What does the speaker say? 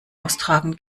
austragen